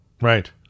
Right